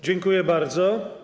Dziękuję bardzo.